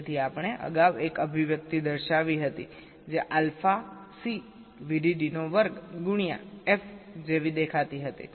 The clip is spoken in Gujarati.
તેથી આપણે અગાઉ એક અભિવ્યક્તિ દર્શાવી હતી જે આલ્ફા C VDDનો વર્ગ ગુણ્યા f જેવી દેખાતી હતી જ્યાં એફ એ ઘડિયાળની આવર્તન છે